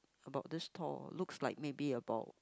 about this tall looks like maybe about